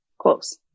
close